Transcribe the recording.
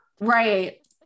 Right